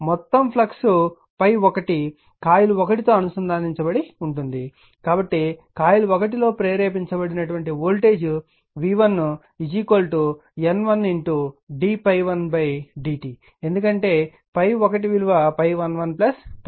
మొత్తం flux ∅1 coil 1 తో అనుసంధానించబడి ఉంటుంది కాబట్టి కాయిల్ 1 లో ప్రేరేపించబడిన voltage v1 N1 d ∅1 dt ఎందుకంటే ∅1 ∅11 ∅12